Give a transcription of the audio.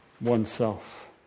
oneself